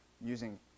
using